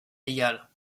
yale